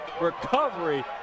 recovery